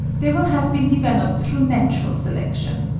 they will have been developed through natural selection.